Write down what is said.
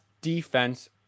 defense